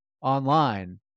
online